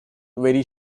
very